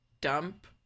dump